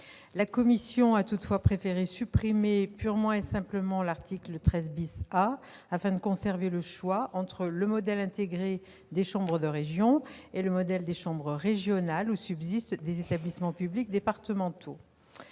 La commission a préféré supprimer purement et simplement cet article afin de conserver le choix entre le modèle intégré des chambres de région et celui des chambres régionales, où subsistent des établissements publics départementaux.